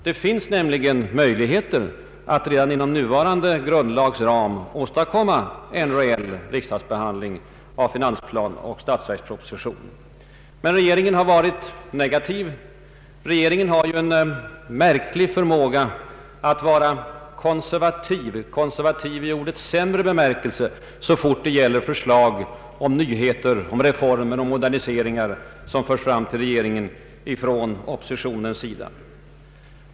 Det finns nämligen möjligheter att redan inom nuvarande grundlags ram åstadkomma en reell riksdags behandling av finansplan och statsverksproposition. Men regeringen har varit negativ. Den har ju en märklig förmåga att vara ”konservativ” i ordets sämre bemärkelse så fort det gäller förslag om nyheter, reformer och moderniseringar från oppositionens sida.